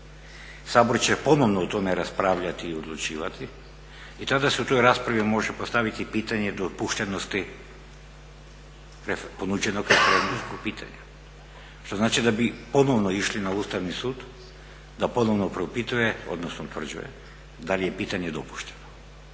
Sabor će ponovo o tome raspravljati i odlučivati i tada se u toj raspravi može postaviti pitanje dopuštenosti ponuđenog referendumskog pitanja, što znači da bi ponovno išli na Ustavni sud da ponovno propituje odnosno utvrđuje da li je pitanje dopušteno.